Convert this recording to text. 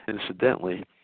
Incidentally